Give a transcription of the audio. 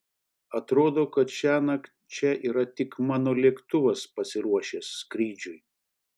atrodo kad šiąnakt čia yra tik mano lėktuvas pasiruošęs skrydžiui